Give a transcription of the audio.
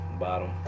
bottom